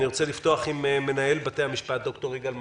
אני רוצה לפתוח עם מנהל בתי המשפט, ד"ר יגאל מרזל,